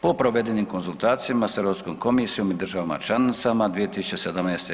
Po provedenim konzultacijama s EU komisijom i državama članicama, 2017.